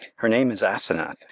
her name is asenath,